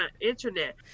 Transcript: internet